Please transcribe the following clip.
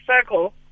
circle